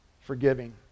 forgiving